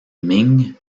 ming